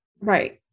Right